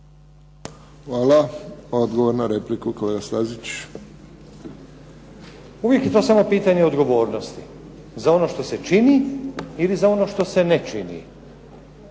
Hvala. Odgovor na repliku kolega Stazić. **Stazić, Nenad (SDP)** Uvijek je to samo pitanje odgovornosti za ono što se čini, ili za ono što se ne čini.